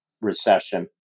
recession